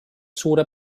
suure